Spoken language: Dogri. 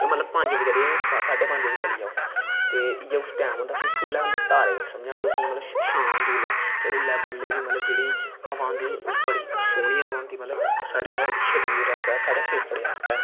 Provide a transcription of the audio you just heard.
ते मतलब पंज बजे चली जाओ साढ़े पंज बजे चली जाओ ते इयै कुछ टैम होंदा ते तारें दी इयै मतलब छांऽ होंदी होऐ ते इंया बडलै दी जेह्ड़ी हवा होंदी ते ओह् सोह्नी हवा होंदी मतलब साढ़े शरीर आस्तै साढ़े फेफड़ें आस्तै